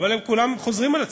אבל כולם חוזרים על עצמם.